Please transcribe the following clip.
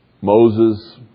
Moses